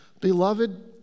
Beloved